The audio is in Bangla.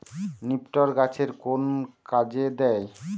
নিপটর গাছের কোন কাজে দেয়?